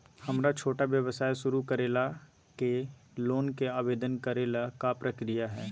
हमरा छोटा व्यवसाय शुरू करे ला के लोन के आवेदन करे ल का प्रक्रिया हई?